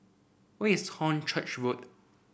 where is Hornchurch Road